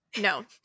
No